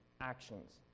actions